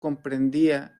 comprendía